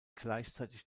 gleichzeitig